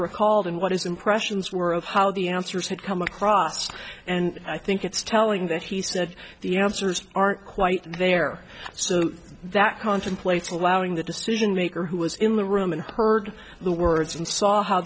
recalled and what his impressions were of how the answers had come across and i think it's telling that he said the answers aren't quite there so that contemplates allowing the decision maker who was in the room and heard the words and saw how